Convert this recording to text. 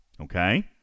Okay